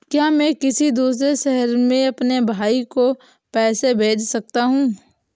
क्या मैं किसी दूसरे शहर में अपने भाई को पैसे भेज सकता हूँ?